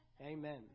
amen